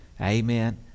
Amen